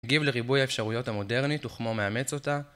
מגיב לריבוי האפשרויות המודרנית וכמו מאמץ אותה.